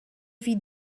vit